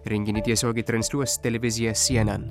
renginį tiesiogiai transliuos televizija cnn